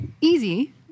easy